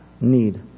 need